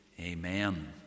Amen